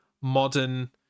modern